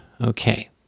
Okay